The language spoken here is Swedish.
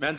Men